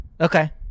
Okay